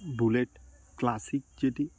bullet classic যেটা